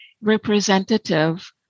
representative